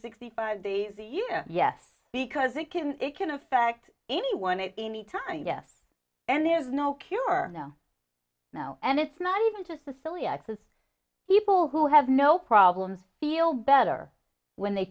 sixty five days a year yes because it can it can affect anyone at any time yes and there's no cure now now and it's not even just the silliest says people who have no problems feel better when they